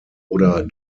oder